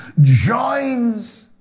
joins